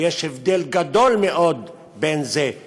ויש הבדל גדול מאוד ביניהם,